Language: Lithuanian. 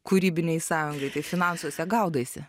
kūrybinei sąjungai tai finansuose gaudaisi